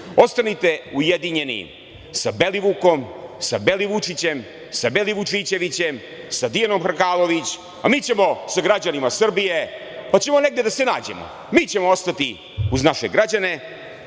ostanite ujedinjeni sa Belivukom, sa Belivučićem, sa Belivučićevićem, sa Dijanom Hrkalović, a mi ćemo sa građanima Srbije, pa ćemo negde da se nađemo. Mi ćemo ostati uz naše građane,